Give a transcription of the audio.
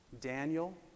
Daniel